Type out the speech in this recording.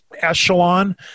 echelon